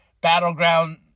Battleground